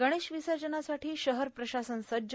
गणेश विसर्जनासाठी शहर प्रशासन सज्ज